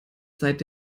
seit